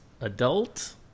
adult